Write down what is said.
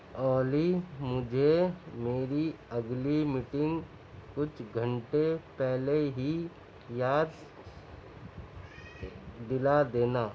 اولی مجھے میری اگلی میٹنگ کچھ گھنٹے پہلے ہی یاد دلا دینا